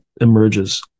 emerges